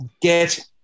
get